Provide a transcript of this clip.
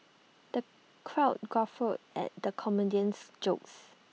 the crowd guffawed at the comedian's jokes